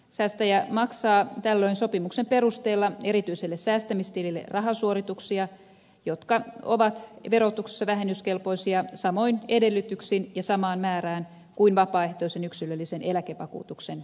säästäjä maksaa tällöin sopimuksen perusteella erityiselle säästämistilille rahasuorituksia jotka ovat verotuksessa vähennyskelpoisia samoin edellytyksin ja samaan määrään kuin vapaaehtoisen yksilöllisen eläkevakuutuksen maksut